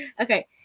Okay